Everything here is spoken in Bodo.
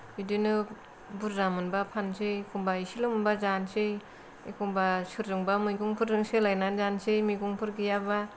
बिदिनो बुरजा मोनबा फानसै एखम्बा इसेल' मोनबा जानोसै एखम्बा सोरजोंबा मैगंफोरजों सोलायनानै जानोसै मैगंफोर गैयाबा